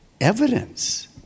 evidence